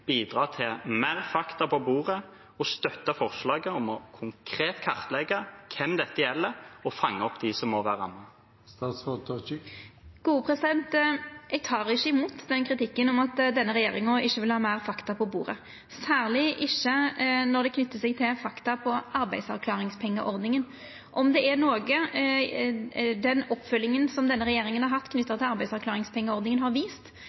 bidra til mer fakta på bordet og støtte forslaget om konkret å kartlegge hvem dette gjelder, og fange opp dem som må være rammet? Eg tek ikkje imot den kritikken, om at denne regjeringa ikkje vil ha meir fakta på bordet, særleg ikkje når det er knytt til fakta om arbeidsavklaringspengeordninga. Er det noko som oppfølginga som denne regjeringa har hatt av arbeidsavklaringspengeordninga, har vist,